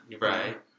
right